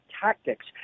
tactics